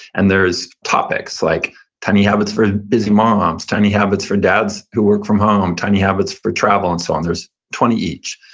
and there's topics, like tiny habits for busy moms, tiny habits for dads who work from home, tiny habits for travel, and so on. there's twenty each.